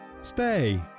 Stay